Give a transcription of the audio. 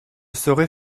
saurait